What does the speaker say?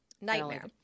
nightmare